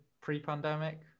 pre-pandemic